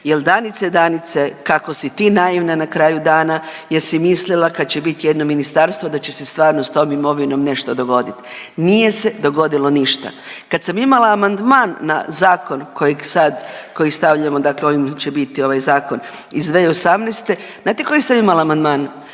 jel Danice, Danice, kako si ti naivna na kraju dana jer si mislila kad će bit jedno ministarstvo da će se stvarno s tom imovinom nešto dogodit. Nije se dogodilo ništa. Kad sam imala amandman na zakon kojeg sad, koji stavljamo dakle ovim će biti ovaj zakon iz 2018., znate koji sam imala amandman?